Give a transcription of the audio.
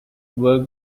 work